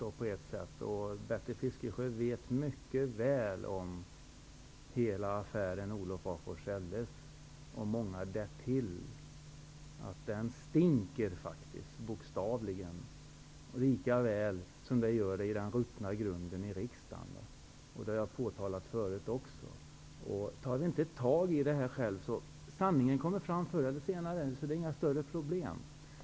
Bertil Fiskesjö och många därtill känner mycket väl till hela affären med Olof af Forselles, att den bokstavligt talat stinker, lika väl som den ruttna grunden i riksdagen. Det har jag också påtalat förut. Tar vi inte tag i det här själva, kommer sanningen ändå fram förr eller senare -- det är inga större problem.